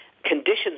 conditions